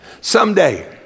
Someday